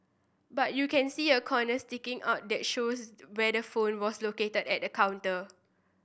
but you can see a corner sticking out that shows where the phone was located at the counter